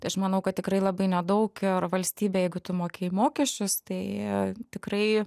tai aš manau kad tikrai labai nedaug ir valstybė jeigu tu mokėjai mokesčius tai tikrai